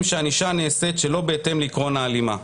שהענישה נעשית שלא בהתאם לעקרון ההלימה.